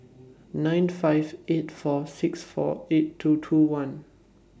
nine five eight four six four eight two two one